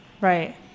Right